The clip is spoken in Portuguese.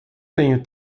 tenho